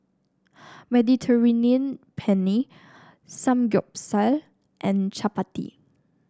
Mediterranean Penne Samgyeopsal and Chapati